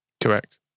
Correct